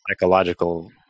psychological